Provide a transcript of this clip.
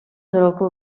troppo